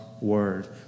Word